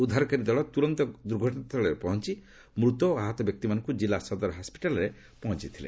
ଉଦ୍ଧାରକାରୀ ଦଳ ତ୍ରରନ୍ତ ଦୁର୍ଘଟଣାସ୍ଥଳରେ ପହଞ୍ଚ ମୃତ ଓ ଆହତ ବ୍ୟକ୍ତିମାନଙ୍କୁ ଜିଲ୍ଲା ସଦର ହସ୍କିଟାଲରେ ପହଞ୍ଚାଇଥିଲେ